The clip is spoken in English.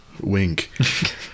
Wink